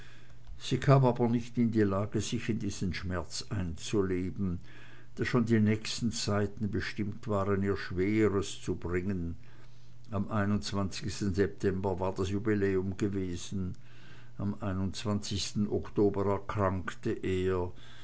sie kam aber nicht in die lage sich in diesen schmerz einzuleben da schon die nächsten zeiten bestimmt waren ihr schwereres zu bringen am september war das jubiläum gewesen am oktober erkrankte er